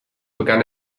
begann